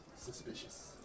suspicious